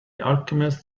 alchemist